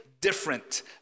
different